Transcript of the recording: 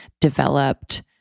developed